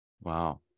Wow